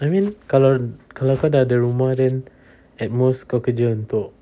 I mean kalau kalau kau dah ada rumah then at most kau kerja untuk